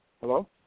Hello